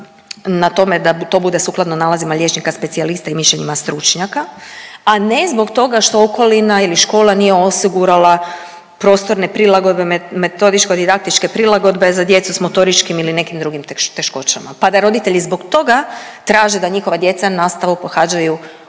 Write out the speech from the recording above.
na tome da to bude sukladno nalazima liječnika specijalista i mišljenjima stručnjaka, a ne zbog toga što okolina ili škola nije osigurala prostorne prilagodbe metodičko-didaktičke prilagodbe za djecu sa motoričkim ili nekim drugim teškoćama, pa da roditelji zbog toga traže da njihova djeca nastavu pohađaju od